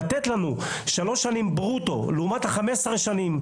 לתת לנו שלוש שנים ברוטו לעומת ה-15 שנים,